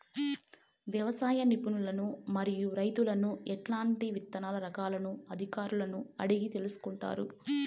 వ్యవసాయ నిపుణులను మరియు రైతులను ఎట్లాంటి విత్తన రకాలను అధికారులను అడిగి తెలుసుకొంటారు?